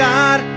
God